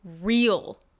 real